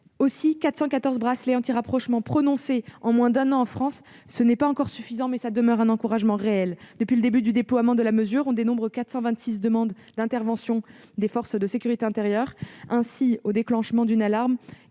Certes, 414 bracelets anti-rapprochement en moins d'un an en France, ce n'est pas encore suffisant, mais cela reste un encouragement fort. Depuis le début du déploiement de la mesure, on dénombre 426 demandes d'intervention des forces de sécurité intérieure au déclenchement d'une alarme,